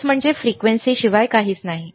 hertz म्हणजे frequency शिवाय काहीच नाही